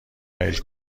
میل